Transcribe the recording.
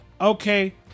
Okay